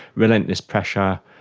relentless pressure,